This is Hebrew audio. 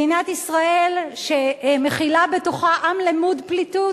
מדינת ישראל, שמכילה בתוכה עם למוד פליטות,